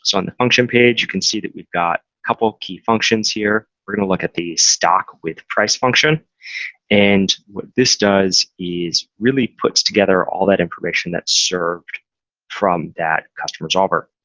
so on the function page, you can see that we've got couple of key functions here. we're going to look at the stock with price function and what this does is really puts together all that information that's served from that custom resolver.